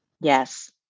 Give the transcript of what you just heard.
Yes